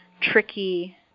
tricky